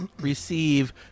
receive